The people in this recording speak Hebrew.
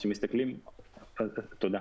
תודה.